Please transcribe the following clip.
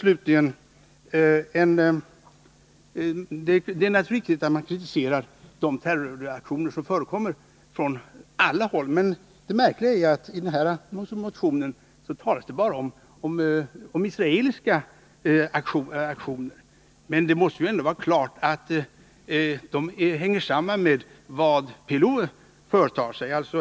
Det är naturligtvis viktigt att kritisera de terroraktioner som förekommer från alla håll. Men det är märkligt att det i den här vpk-motionen bara talas om israeliska aktioner. Det måste ändå stå klart att de aktionerna hänger samman med vad PLO företar sig.